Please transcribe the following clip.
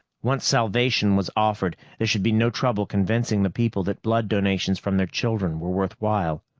once salvation was offered, there should be no trouble convincing the people that blood donations from their children were worthwhile.